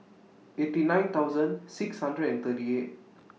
eighty nine thousand six hundred and thirty eight